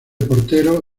portero